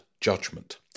judgment